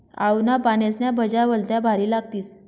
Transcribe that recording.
आळूना पानेस्न्या भज्या भलत्या भारी लागतीस